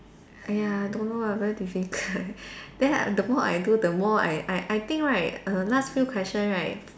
!aiya! don't know lah very difficult then the more I do the more I I I think right err last few question right